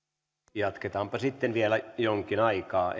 jatketaanpa sitten vielä jonkin aikaa